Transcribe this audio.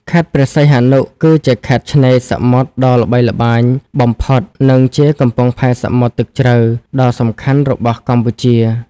ខេត្តព្រះសីហនុ គឺជាខេត្តឆ្នេរសមុទ្រដ៏ល្បីល្បាញបំផុត និងជា កំពង់ផែសមុទ្រទឹកជ្រៅ ដ៏សំខាន់របស់កម្ពុជា។